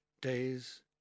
days